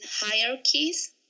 hierarchies